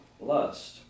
lust